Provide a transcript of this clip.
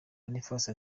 boniface